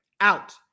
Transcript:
Out